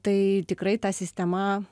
tai tikrai ta sistema